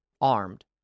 armed